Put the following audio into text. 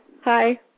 Hi